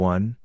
One